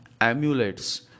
amulets